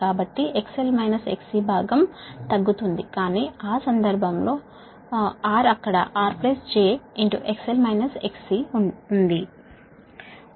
కాబట్టి XL - XC భాగం తగ్గుతుంది కానీ ఆ సందర్భంలో కానీ R అక్కడ R j XL - XC ఉంది